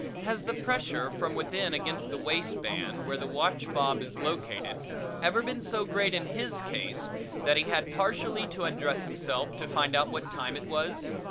has the pressure from within against the waistband where the watchfob is located ever been so great in his case that he had partially to undress himself to find out what time it was?